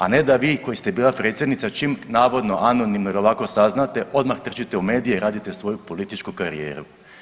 A ne da vi koji ste bila predsjednica, čim navodno anonimnim ili ovako saznate, odmah trčite u medije i radite svoju političku karijeru.